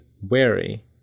wary